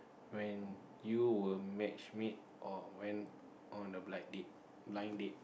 when you were match meet or when on a black date blind date